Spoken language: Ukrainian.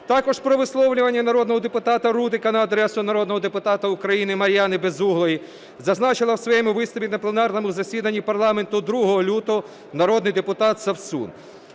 Також про висловлювання народного депутата Рудика на адресу народного депутата України Мар'яни Безуглої зазначив у своєму виступі на пленарному засіданні парламенту 2 лютого народний депутат Совсун.